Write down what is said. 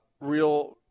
real –